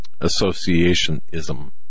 associationism